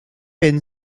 been